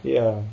ya